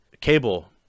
cable